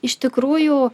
iš tikrųjų